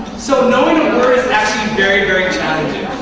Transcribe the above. so knowing a word is and actually very, very challenging.